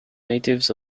natives